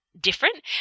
different